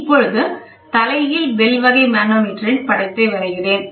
இப்பொழுது தலைகீழ் பெல் வகை மனோமீட்டரின் படத்தை வரைகிறேன்